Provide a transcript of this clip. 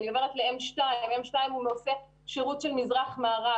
אני עברת ל-M2 שהוא שירות של מזרח למערב.